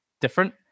different